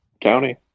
county